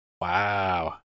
Wow